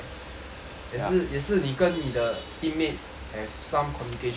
也是也是你跟你的 teammates have some communications right